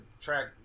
track